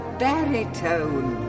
baritone